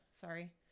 Sorry